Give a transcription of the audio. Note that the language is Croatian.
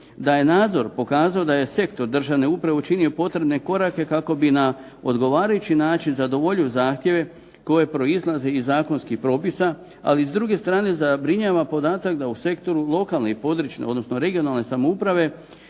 da je nadzor pokazao da je sektor državne uprave učinio potrebne korake kako bi na odgovarajući način zadovoljio zahtjeve koji proizlaze iz zakonskih propisa, ali s druge strane zabrinjava podatak da u sektoru lokalne i područne, odnosno regionalne samouprave